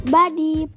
Body